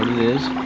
is